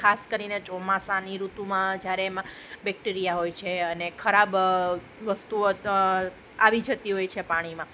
ખાસ કરીને ચોમાસાની ઋતુમાં જ્યારે બેક્ટેરિયા હોય છે અને ખરાબ વસ્તુ આવી જતી હોય છે પાણીમાં